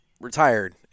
retired